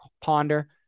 ponder